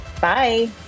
bye